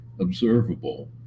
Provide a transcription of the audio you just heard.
observable